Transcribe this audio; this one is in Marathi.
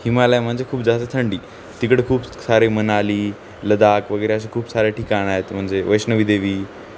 हिमालय म्हणजे खूप जास्त थंडी तिकडे खूप सारे मनाली लदाख वगैरे अशी खूप सारे ठिकाणं आहेत म्हणजे वैष्णवीदेवी